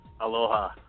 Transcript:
aloha